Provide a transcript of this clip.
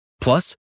Plus